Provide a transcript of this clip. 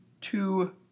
two